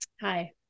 hi